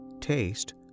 taste